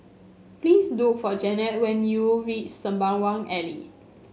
please look for Jennette when you reach Sembawang Alley